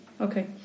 Okay